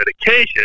medication